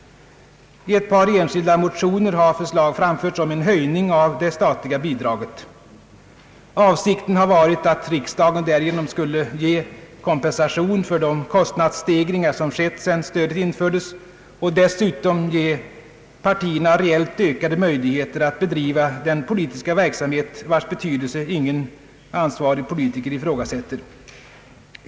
I ett par enskilda motioner har förslag framförts om en höjning av det statliga bi draget. Avsikten har varit att riksdagen därigenom skulle ge kompensation för de kostnadsstegringar som skett sedan stödet infördes och dessutom ge partierna reellt ökade möjligheter att bedriva den politiska verksamhet, vars betydelse ingen ansvarig politiker ifrågasätter.